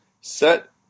set